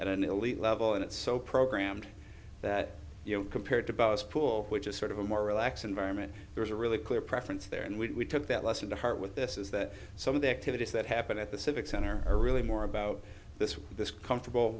at an elite level and it's so programmed that you know compared to bowers pool which is sort of a more relaxed environment there's a really clear preference there and we took that lesson to heart with this is that some of the activities that happen at the civic center are really more about this this comfortable